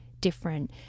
different